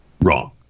Wrong